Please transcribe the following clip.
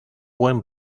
buen